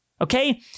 okay